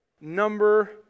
number